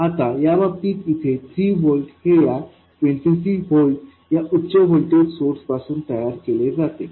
आता याबाबतीत इथे 3 व्होल्ट हे या 23 व्होल्ट या उच्च व्होल्टेज सोर्स पासून तयार केले जाते